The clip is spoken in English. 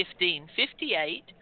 1558